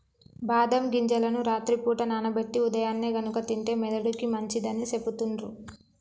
బాదం గింజలను రాత్రి పూట నానబెట్టి ఉదయాన్నే గనుక తింటే మెదడుకి మంచిదని సెపుతుండ్రు